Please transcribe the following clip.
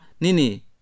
Nini